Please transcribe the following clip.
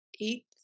eat